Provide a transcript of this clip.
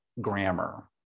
grammar